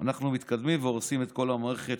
אנחנו מתקדמים והורסים את כל המערכת,